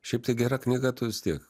šiaip tai gera knyga tu vis tiek